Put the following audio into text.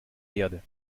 erde